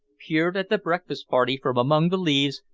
peered at the breakfast-party from among the leaves,